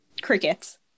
crickets